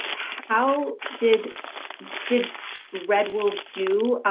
how did did red wolves do